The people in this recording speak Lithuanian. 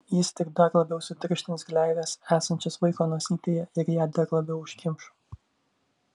jis tik dar labiau sutirštins gleives esančias vaiko nosytėje ir ją dar labiau užkimš